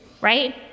right